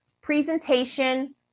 presentation